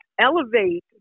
elevate